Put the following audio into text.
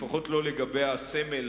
לפחות לא לגבי הסמל,